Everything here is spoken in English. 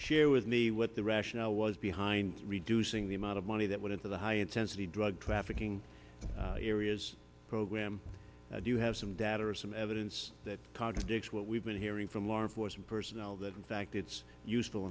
share with me what the rationale was behind reducing the amount of money that went into the high intensity drug trafficking areas program do you have some data some evidence that contradicts what we've been hearing from law enforcement personnel that in fact it's useful